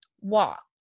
walk